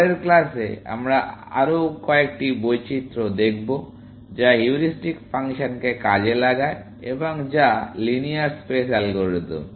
পরের ক্লাসে আমরা আরেকটি বৈচিত্র দেখব যা হিউরিস্টিক ফাংশনকে কাজে লাগায় এবং যা লিনিয়ার স্পেস অ্যালগরিদম